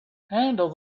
handle